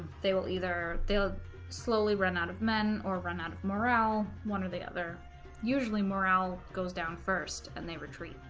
they will either they'll slowly run out of men or run out of morale one or the other usually morale goes down first and they retreat